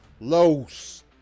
los